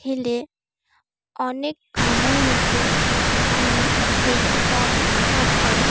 ହେଲେ ଅନେକ କାମ ହେତୁ ଆମେ ଦେଖିପାରିି ନ ଥାଉ